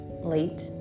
late